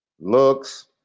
looks